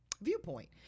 viewpoint